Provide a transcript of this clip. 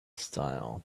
style